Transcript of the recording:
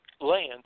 land